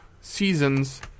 seasons